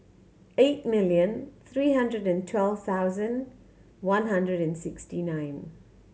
eight million three hundred and twelve thousand one hundred and sixty nine